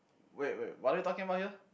wait wait what are we talking about here